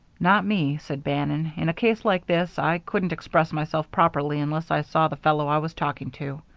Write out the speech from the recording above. not me, said bannon. in a case like this i couldn't express myself properly unless i saw the fellow i was talking to.